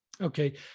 Okay